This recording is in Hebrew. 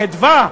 בחדווה,